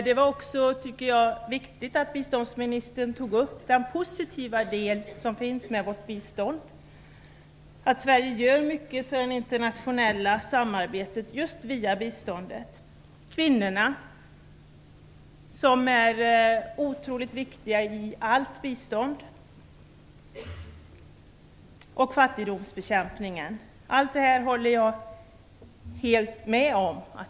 Det var också viktigt att biståndsministern tog upp den positiva del som finns med vårt bistånd. Sverige gör mycket för det internationella samarbetet just via biståndet. Kvinnorna är otroligt viktiga i allt bistånd, och även fattigdomsbekämpningen. Allt detta håller jag helt med om.